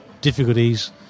difficulties